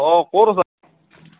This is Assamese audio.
অঁ ক'ত আছা